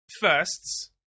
firsts